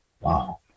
Wow